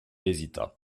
hésita